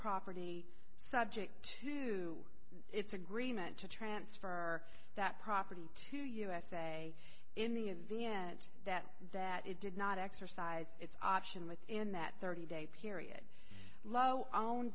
property subject to its agreement to transfer that property to usa in the advance that that it did not exercise its option within that thirty day period lo i own